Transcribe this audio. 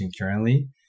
currently